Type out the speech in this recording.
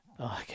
Okay